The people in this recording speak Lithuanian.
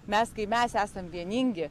mes kai mes esam vieningi